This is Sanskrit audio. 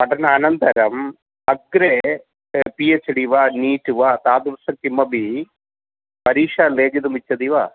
पठन अनन्तरम् अग्रे पि एच् डि वा नीट् वा तादृशं किमपि परीक्षां लेखितुमिच्छति वा